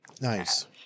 nice